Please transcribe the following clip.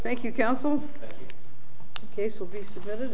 thank you counsel case will be submitted